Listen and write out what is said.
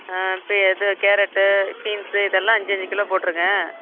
ஆ பெ இது carrot beans இதெல்லாம் அஞ்சு அஞ்சு கிலோ போட்டுருங்க